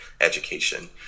education